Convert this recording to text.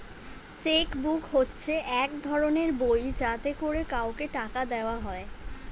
check book হচ্ছে এক ধরনের বই যাতে করে কাউকে টাকা দেওয়া হয়